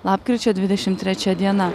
lapkričio dvidešim trečia diena